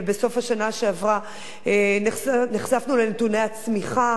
ובסוף השנה שעברה נחשפנו לנתוני הצמיחה,